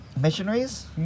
Missionaries